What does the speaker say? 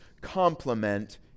complement